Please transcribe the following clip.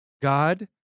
God